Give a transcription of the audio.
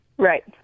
Right